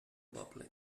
poble